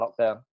lockdown